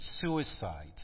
suicide